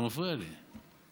זה מפריע לי.